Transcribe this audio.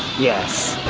yes.